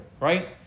right